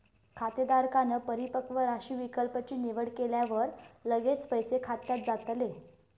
खातेधारकांन परिपक्व राशी विकल्प ची निवड केल्यावर लगेच पैसे खात्यात जातले